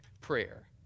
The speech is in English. prayer